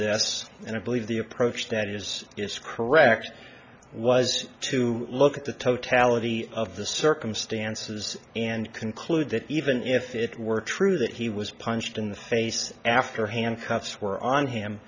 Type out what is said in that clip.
this and i believe the approach that is is correct was to look at the totality of the circumstances and conclude that even if it were true that he was punched in the face after handcuffs were on him